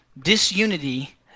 disunity